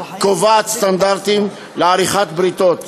קובעת סטנדרטים לעריכת בריתות,